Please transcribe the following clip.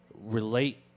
relate